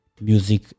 music